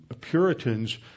Puritans